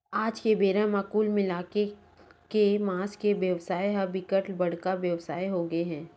आज के बेरा म कुल मिलाके के मांस के बेवसाय ह बिकट बड़का बेवसाय होगे हे